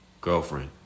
girlfriend